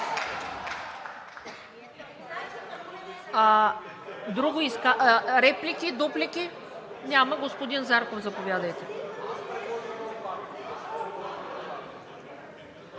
Реплики? Дуплики? Няма. Господин Зарков, заповядайте.